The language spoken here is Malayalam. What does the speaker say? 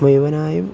മുഴുവനായും